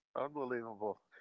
unbelievable